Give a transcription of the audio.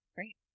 Great